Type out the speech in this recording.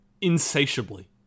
insatiably